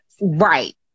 right